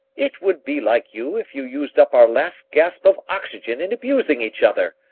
it would be like you if you used up our last gasp of oxygen in abusing each other.